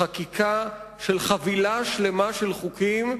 חקיקת חבילה שלמה של חוקים,